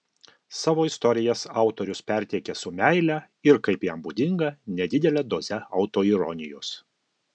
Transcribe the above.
savo istorijas autorius perteikia su meile ir kaip jam būdinga nedidele doze autoironijos